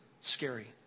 scary